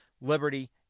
liberty